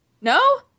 no